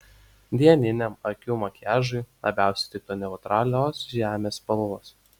dieniniam akių makiažui labiausiai tiktų neutralios žemės spalvos